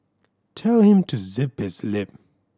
tell him to zip his lip